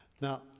Now